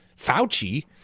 Fauci